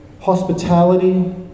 hospitality